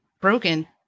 broken